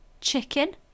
chicken